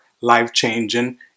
life-changing